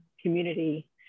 community